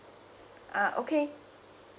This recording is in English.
uh okay